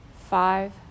five